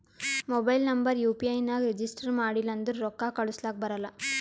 mobile number U P I ನಾಗ್ register ಮಾಡಿಲ್ಲ ಅಂದುರ್ ರೊಕ್ಕಾ ಕಳುಸ್ಲಕ ಬರಲ್ಲ